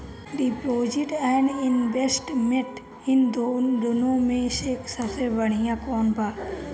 Deposit and investment इन दुनो मे से सबसे बड़िया कौन बा?